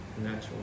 natural